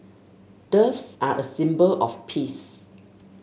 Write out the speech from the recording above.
doves are a symbol of peace